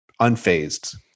unfazed